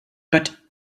but